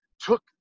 took